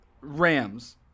Rams